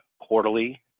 quarterly